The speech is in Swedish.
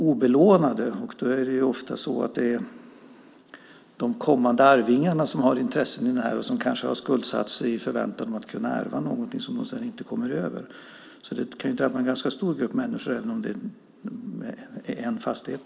Ofta är det de kommande arvingarna som har ett intresse i fastigheten och som kanske har skuldsatt sig i förväntan om att kunna ärva något som de sedan inte kommer över. Det här kan alltså drabba en ganska stor grupp människor, även om det handlar om en fastighet.